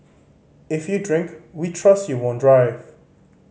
if you drink we trust you won't drive